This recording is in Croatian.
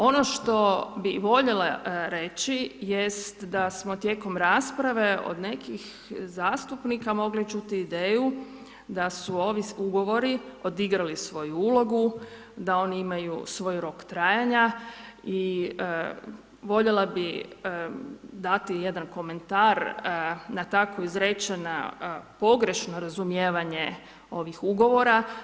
Obo što bi voljela reći jest da smo tijekom rasprave od nekih zastupnika mogli čuti ideju da su ovi ugovori odigrali svoju ulogu, da oni imaju svoj rok trajanja i voljela bi dati jedan komentar na tako izrečena pogrešno razumijevanje ovih ugovora.